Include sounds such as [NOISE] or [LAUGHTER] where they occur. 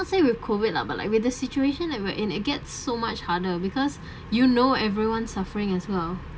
say with COVID lah but like with the situation that we're in it gets so much harder because [BREATH] you know everyone's suffering as well